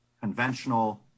conventional